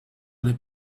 les